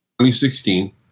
2016